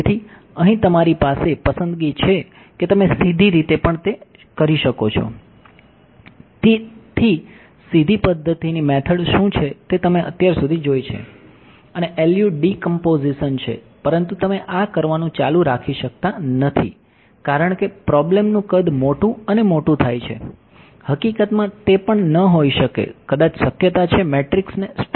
તેથી અહીં તમારી પાસે પસંદગી છે કે તમે સીધી રીતે પણ તે શકો છો